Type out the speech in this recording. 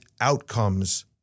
outcomes